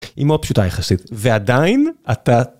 היא מאוד פשוטה יחסית ועדיין אתה.